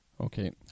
Okay